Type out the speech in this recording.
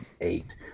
eight